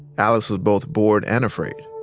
alice was both bored and afraid.